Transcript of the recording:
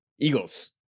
Eagles